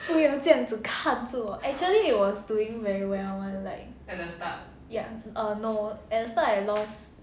不要这样子看着我 actually it was doing very well [one] like ya err no at the start I lost